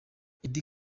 eddy